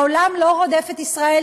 העולם לא רודף את ישראל,